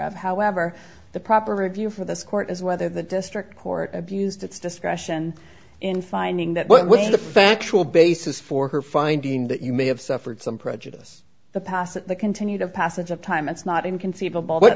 of however the proper review for this court is whether the district court abused its discretion in finding that well the factual basis for her finding that you may have suffered some prejudice the passage continued of passage of time it's not inconceivable that